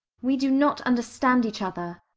we do not understand each other.